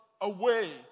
away